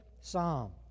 psalm